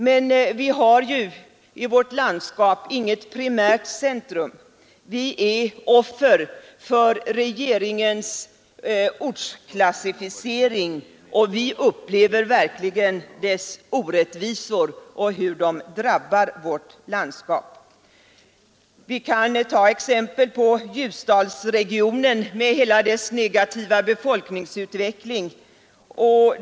Men vi har i vårt landskap inget primärt centrum; vi är offer för regeringens ortsklassificering, och vi upplever verkligen hur dess orättvisor drabbar vårt landskap. Jag kan som exempel ta Ljusdalsregionen med dess negativa befolkningsutveckling.